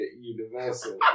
Universal